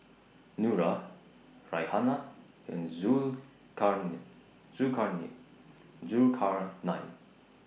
Nura Raihana and Zulkarnain